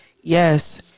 Yes